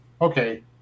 okay